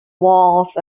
walls